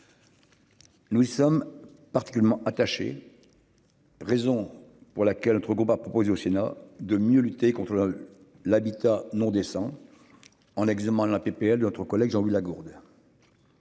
Nous sommes particulièrement attachés. Raison pour laquelle notre groupe a proposé au Sénat de mieux lutter contre. L'habitat non descend. En exhumant la PPL d'autres collègues, j'ai vu la gourde.